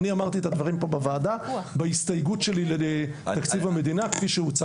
ואני אמרתי את הדברים פה בוועדה בהסתייגות שלי לתקציב המדינה כפי שהוצע.